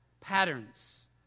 patterns